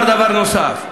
אני רוצה לומר דבר נוסף.